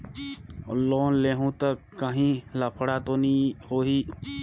Loan लेहूं ता काहीं लफड़ा तो नी होहि?